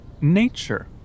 nature